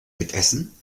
mitessen